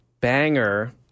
banger